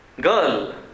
girl